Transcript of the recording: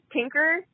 Tinker